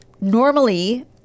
normally